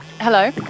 Hello